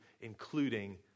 including